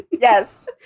Yes